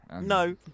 No